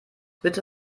bitte